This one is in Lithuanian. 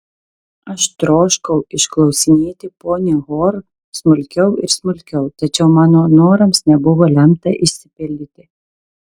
aš troškau išklausinėti ponią hor smulkiau ir smulkiau tačiau mano norams nebuvo lemta išsipildyti